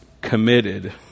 committed